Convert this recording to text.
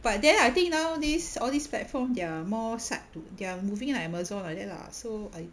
but then I think nowadays all these platform there more site to they're moving like Amazon like that lah